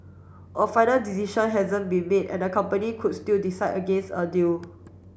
a final decision hasn't been made and the company could still decide against a deal